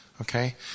okay